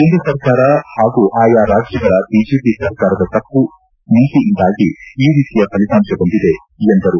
ಕೇಂದ್ರ ಸರ್ಕಾರ ಹಾಗೂ ಅಯಾ ರಾಜ್ಯಗಳ ಬಿಜೆಪಿ ಸರ್ಕಾರದ ತಪ್ಪು ನೀತಿಯಿಂದಾಗಿ ಈ ರೀತಿಯ ಫಲಿತಾಂಶ ಬಂದಿದೆ ಎಂದರು